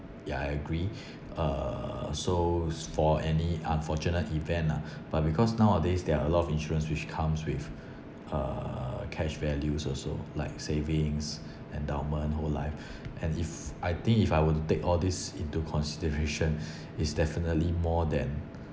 yeah I agree uh so for any unfortunate event lah but because nowadays there are a lot of insurance which comes with uh cash values also like savings endowment whole life and if I think if I were to take all these into consideration it's definitely more than